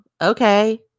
okay